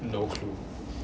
no clue